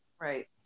Right